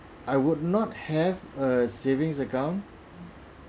I would not have a savings account